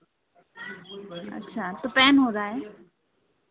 अच्छा तो पैन हो रहा है